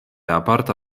aparta